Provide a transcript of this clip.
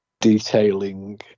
detailing